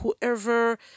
whoever